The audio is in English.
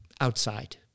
outside